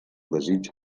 desig